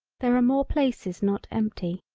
there are more places not empty.